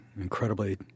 incredibly